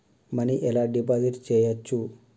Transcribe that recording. Money ఎలా deposit చేయచ్చు?